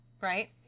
right